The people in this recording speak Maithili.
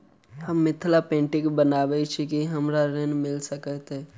हम मिथिला पेंटिग बनाबैत छी की हमरा ऋण मिल सकैत अई?